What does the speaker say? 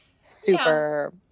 super